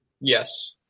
Yes